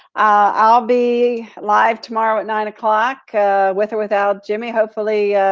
i'll be live tomorrow at nine o'clock with or without jimmy, hopefully,